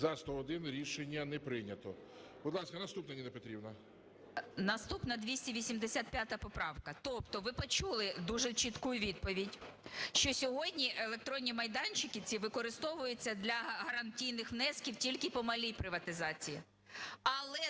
За-101 Рішення не прийнято. Будь ласка, наступна, Ніна Петрівна. 14:25:39 ЮЖАНІНА Н.П. Наступна 285 поправка. Тобто, ви почули дуже чітку відповідь, що сьогодні електронні майданчики ці використовуються для гарантійних внесків тільки по малій приватизації.